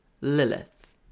Lilith